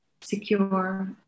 secure